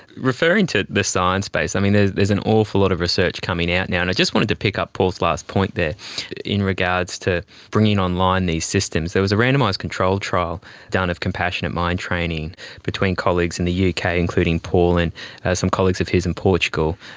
referring to the science base, ah there's an awful lot of research coming out now. and i just wanted to pick up paul's last point there in regards to bringing online these systems. there was a randomised control trial done of compassionate mind training between colleagues in the yeah uk, ah including paul, and some colleagues of his in portugal,